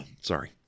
sorry